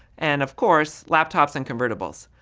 and of course, laptops and convertibles.